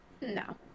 No